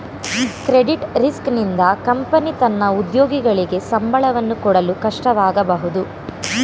credit risk ನಿಂದ company ತನ್ನ ಉದ್ಯೋಗಿಗಳಿಗೆ ಸಂಬಳವನ್ನು ಕೊಡಲು ಕಷ್ಟವಾಗಬಹುದು